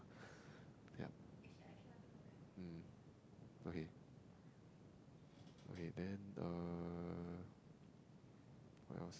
yup um okay okay then err what else